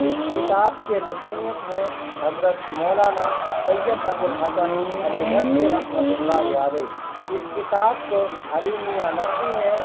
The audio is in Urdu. اس کتاب کے مصنف ہیں حضرت مولانا سید ابوالحسن علی ندوی رحمۃ اللہ علیہ اس کتاب کو علی میاں ندوی نے